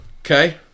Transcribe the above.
Okay